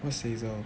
what's SAESL